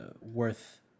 worth